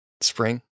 Spring